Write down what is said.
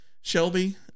shelby